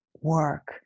work